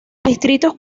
distritos